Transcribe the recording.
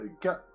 get